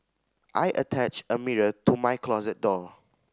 I attached a mirror to my closet door